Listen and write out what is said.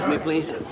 please